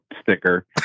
sticker